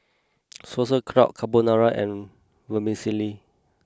Sauerkraut Carbonara and Vermicelli